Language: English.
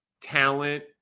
talent